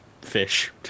fish